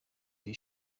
iri